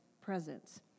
presence